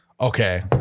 Okay